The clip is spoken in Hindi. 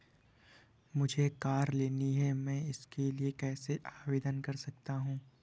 मुझे कार लेनी है मैं इसके लिए कैसे आवेदन कर सकता हूँ?